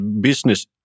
business